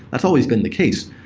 that's always been the case.